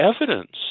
evidence